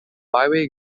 byway